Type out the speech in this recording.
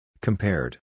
Compared